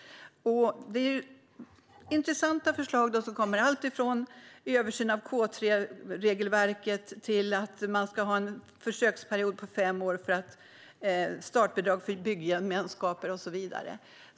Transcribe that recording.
Den innehåller intressanta förslag om alltifrån en översyn av K3-regelverket till en försöksperiod på fem år för startbidrag för byggemenskaper och så vidare.